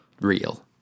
real